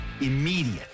Immediate